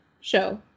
show